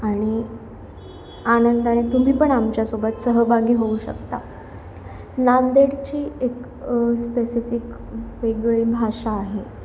आणि आनंदाने तुम्ही पण आमच्यासोबत सहभागी होऊ शकता नांदेडची एक स्पेसिफिक वेगळी भाषा आहे